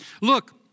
Look